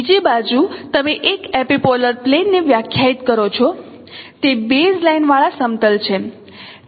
બીજી બાજુ તમે એક એપિપોલર પ્લેન ને વ્યાખ્યાયિત કરો છો તે બેઝ લાઇન વાળા સમતલ છે